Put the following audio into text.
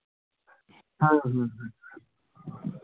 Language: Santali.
ᱦᱮᱸ ᱦᱮᱸ ᱦᱮᱸ